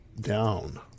down